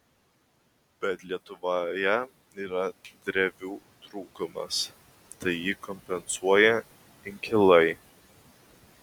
bet lietuvoje yra drevių trūkumas tai jį kompensuoja inkilai